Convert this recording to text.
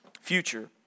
future